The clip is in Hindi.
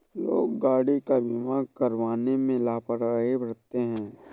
लोग गाड़ी का बीमा करवाने में लापरवाही बरतते हैं